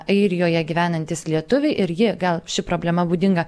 airijoje gyvenantys lietuviai ir ji gal ši problema būdinga